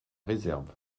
réserve